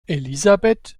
elisabeth